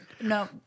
No